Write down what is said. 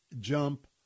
jump